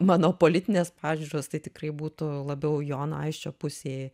mano politinės pažiūros tai tikrai būtų labiau jono aisčio pusėj